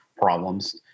problems